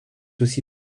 aussi